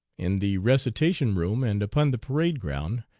in the recitation-room and upon the parade ground,